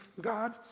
God